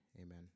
amen